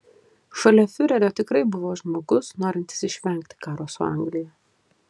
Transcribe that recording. šalia fiurerio tikrai buvo žmogus norintis išvengti karo su anglija